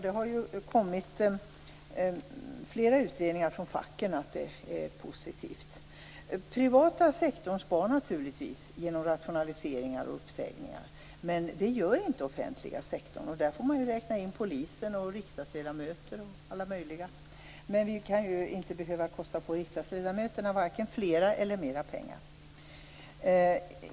Det har kommit flera utredningar från facken om att detta är positivt. Den privata sektorn spar naturligtvis genom rationaliseringar och uppsägningar. Men det gör inte den offentliga sektorn, och där får man räkna in polisen, riksdagsledamöter och alla möjliga. Vi kan inte behöva kosta på riksdagsledamöterna vare sig fler eller mer pengar.